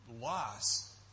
loss